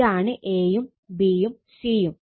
ഇതാണ് a യും b യും c യും